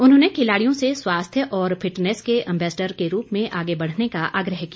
उन्होंने खिलाड़ियों से स्वास्थ्य और फिटनेस के अम्बेस्डर के रूप में आगे बढ़ने का आग्रह किया